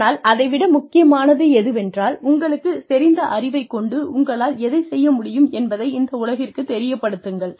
ஆனால் அதை விட முக்கியமானது எதுவென்றால் உங்களுக்குத் தெரிந்த அறிவை கொண்டு உங்களால் எதைச் செய்ய முடியும் என்பதை இந்த உலகிற்குத் தெரியப்படுத்துங்கள்